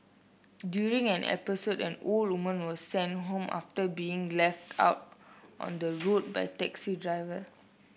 during an episode an old woman was sent home after being left out on the road by a taxi driver